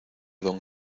don